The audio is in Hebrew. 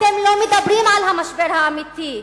אתם לא מדברים על המשבר האמיתי,